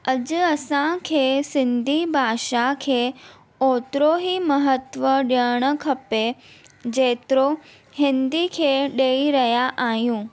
अॼु असांखे सिंधी भाषा खे ओतिरो ई महत्व ॾियणु खपे जेतिरो हिंदी खे ॾेई रहिया आहियूं